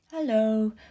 hello